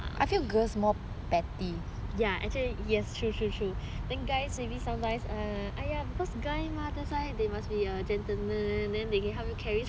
ya actually yes true true true then guys maybe sometimes err ya because guy mah that's why they must be a gentleman then they can help me carry some things